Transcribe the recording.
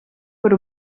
per